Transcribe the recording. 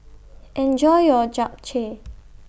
Enjoy your Japchae